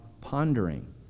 pondering